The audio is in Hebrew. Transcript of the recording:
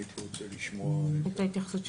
הייתי רוצה לשמוע את ההתייחסות.